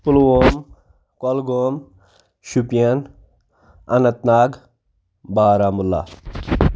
Pulwama Kulgam Shopian Anantnag Baramulla